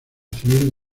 civil